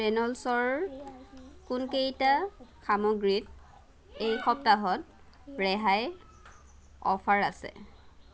ৰেনল্ডছৰ কোনকেইটা সামগ্ৰীত এইসপ্তাহত ৰেহাইৰ অফাৰ আছে